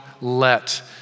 let